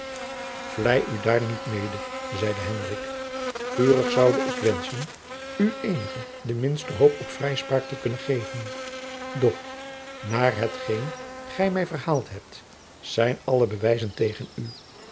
vlei u daar niet mede zeide hendrik vurig zoude ik wenschen u eenige de minste hoop op vrijspraak te kunnen geven doch naar hetgeen gij mij verhaald hebt zijn alle bewijzen tegen u